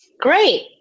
Great